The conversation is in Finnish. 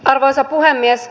arvoisa puhemies